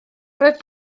roedd